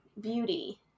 beauty